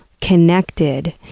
connected